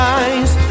eyes